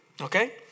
Okay